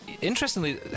Interestingly